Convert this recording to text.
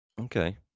Okay